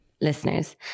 listeners